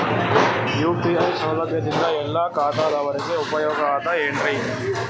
UPI ಸೌಲಭ್ಯದಿಂದ ಎಲ್ಲಾ ಖಾತಾದಾವರಿಗ ಉಪಯೋಗ ಅದ ಏನ್ರಿ?